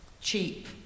cheap